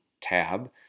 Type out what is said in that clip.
tab